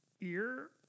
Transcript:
ear